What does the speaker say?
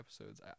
episodes